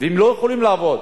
והן לא יכולות לעבוד.